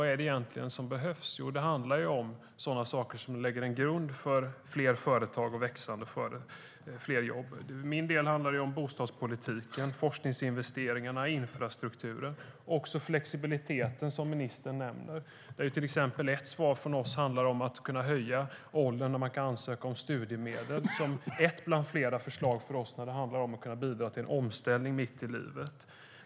Vad är det egentligen som behövs? Jo, det handlar om sådant som lägger en grund för fler växande företag och fler jobb. För min del handlar det om bostadspolitiken, forskningsinvesteringarna, infrastrukturen och den flexibilitet ministern nämner. Ett förslag från oss handlar till exempel om att kunna höja åldern för när människor kan ansöka om studiemedel. Det är ett av flera förslag från oss om hur man kan bidra till en omställning mitt i livet.